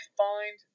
find